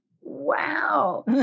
wow